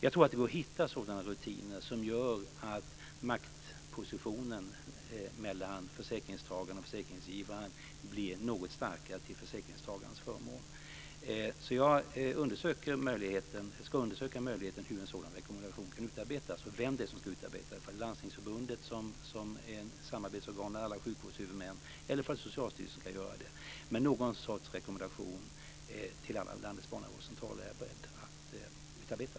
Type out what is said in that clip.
Jag tror att det går att finna sådana rutiner som gör att maktpositionen mellan försäkringstagaren och försäkringsgivaren blir något starkare till försäkringstagarens förmån. Jag ska undersöka hur en sådan rekommendation kan utarbetas och vem det är som ska utarbeta den, ifall det är Landstingsförbundet, som är ett samarbetsorgan för alla sjukvårdshuvudmän, eller om det är Socialstyrelsen som ska göra det. Men någon sorts rekommendation till alla landets barnavårdscentraler är jag beredd att utarbeta.